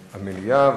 במליאה.